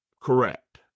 Correct